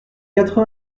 quatre